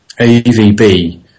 AVB